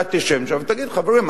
אתה תשב שם ותגיד: חברים,